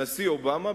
הנשיא אובמה,